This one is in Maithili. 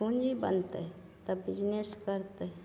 पूँजी बनतै तब बिजनेस करतै